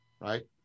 Right